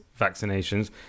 vaccinations